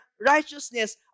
righteousness